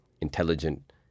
intelligent